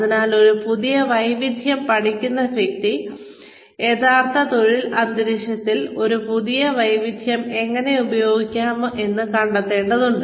അതിനാൽ ഒരു പുതിയ വൈദഗ്ദ്ധ്യം പഠിക്കുന്ന വ്യക്തി യഥാർത്ഥ തൊഴിൽ അന്തരീക്ഷത്തിൽ ഈ പുതിയ വൈദഗ്ദ്ധ്യം എങ്ങനെ ഉപയോഗിക്കണമെന്ന് അറിയേണ്ടതുണ്ട്